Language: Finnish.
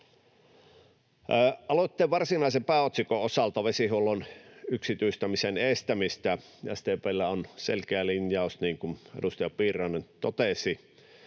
Aloitteen varsinaisen pääotsikon osalta vesihuollon yksityistämisen estämisestä SDP:llä on selkeä linjaus — niin kuin edustaja Piirainen totesi